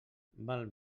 val